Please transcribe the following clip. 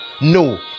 no